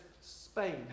Spain